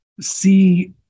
see